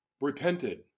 repented